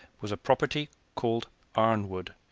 was a property called arnwood,